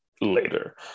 later